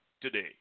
today